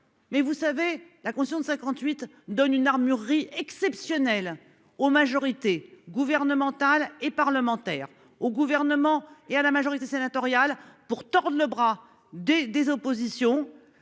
mais vous savez la concession de 58 donne une armurerie exceptionnel oh majorité gouvernementale et parlementaire au gouvernement et à la majorité sénatoriale pour tordre le bras des des oppositions.